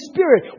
Spirit